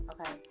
Okay